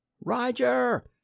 roger